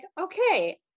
okay